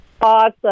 awesome